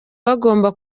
bagomba